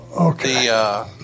Okay